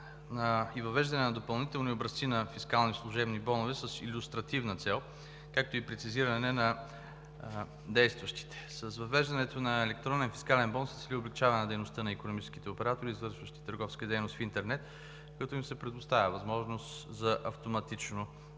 и въвеждане на допълнителни образци на фискални служебни бонове с илюстративна цел, както и прецизиране на действащите. С въвеждането на електронен фискален бон се цели облекчаване на дейността на икономическите оператори, извършващи търговска дейност в интернет, като им се предоставя възможност за автоматично